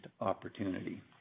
opportunity